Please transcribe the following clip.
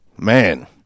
man